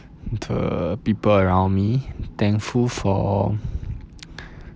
the people around me thankful for